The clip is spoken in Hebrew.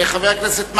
חבר הכנסת מקלב,